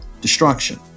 destruction